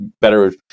better